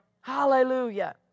Hallelujah